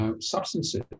substances